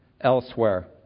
elsewhere